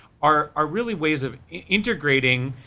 are are really ways of integrating